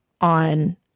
on